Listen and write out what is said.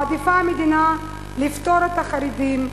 מעדיפה המדינה לפטור את החרדים,